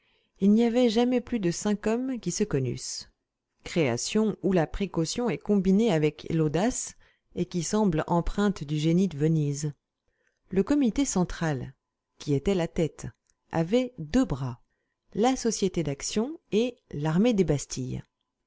il n'y avait jamais plus de cinq hommes qui se connussent création où la précaution est combinée avec l'audace et qui semble empreinte du génie de venise le comité central qui était la tête avait deux bras la société d'action et l'armée des bastilles